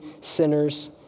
sinners